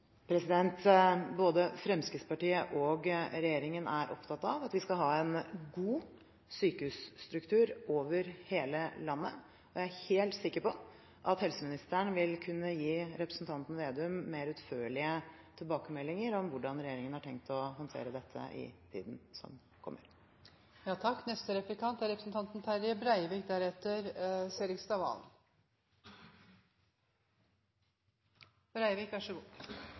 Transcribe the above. Både Fremskrittspartiet og regjeringen er opptatt av at vi skal ha en god sykehusstruktur over hele landet, og jeg er helt sikker på at helseministeren vil kunne gi representanten Slagsvold Vedum mer utførlige tilbakemeldinger om hvordan regjeringen har tenkt å håndtere dette i tiden som kommer. God sommar til ministeren frå meg òg. Eg vonar verkeleg at ho får høve til ein god